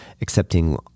accepting